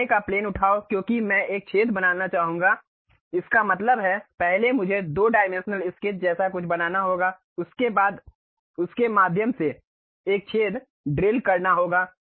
सामने का प्लेन उठाओ क्योंकि मैं एक छेद बनाना चाहूंगा इसका मतलब है पहले मुझे 2 डायमेंशनल स्केच जैसा कुछ बनाना होगा उसके बाद उसके माध्यम से एक छेद ड्रिल करना होगा